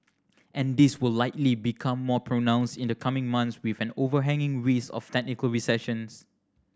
and this will likely become more pronounced in the coming months with an overhanging risk of technical recession